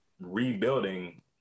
rebuilding